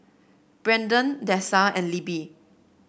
Brendan Dessa and Libby